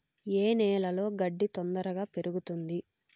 ఏ నేలలో గడ్డి తొందరగా పెరుగుతుంది